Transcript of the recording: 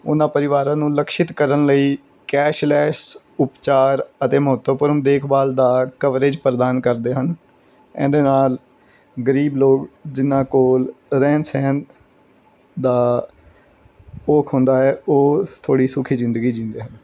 ਉਹਨਾਂ ਪਰਿਵਾਰਾਂ ਨੂੰ ਲਕਸ਼ਿਤ ਕਰਨ ਲਈ ਕੈਸ਼ਲੈਸ ਉਪਚਾਰ ਅਤੇ ਮਹੱਤਵਪੂਰਨ ਦੇਖਭਾਲ ਦਾ ਕਵਰੇਜ ਪ੍ਰਦਾਨ ਕਰਦੇ ਹਨ ਇਹਦੇ ਨਾਲ ਗਰੀਬ ਲੋਕ ਜਿਹਨਾਂ ਕੋਲ ਰਹਿਣ ਸਹਿਣ ਦਾ ਔਖ ਹੁੰਦਾ ਹੈ ਉਹ ਥੋੜ੍ਹੀ ਸੌਖੀ ਜ਼ਿੰਦਗੀ ਜਿਊਂਦੇ ਹਨ